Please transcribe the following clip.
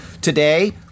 Today